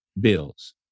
bills